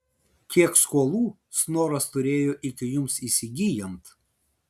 kiek skolų snoras turėjo iki jums įsigyjant